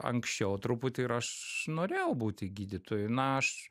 anksčiau truputį ir aš norėjau būti gydytoju na aš